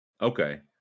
Okay